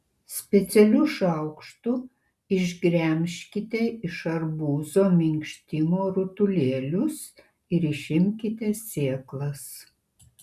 specialiu šaukštu išgremžkite iš arbūzo minkštimo rutulėlius ir išimkite sėklas